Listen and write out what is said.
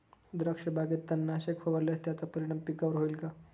द्राक्षबागेत तणनाशक फवारल्यास त्याचा परिणाम पिकावर होईल का?